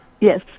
Yes